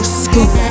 school